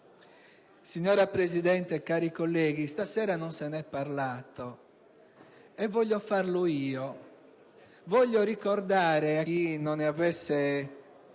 Signora Presidente, cari colleghi, stasera non se ne è parlato e voglio farlo io. Voglio ricordare a chi non ne avesse